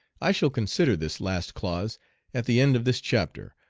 i shall consider this last clause at the end of this chapter,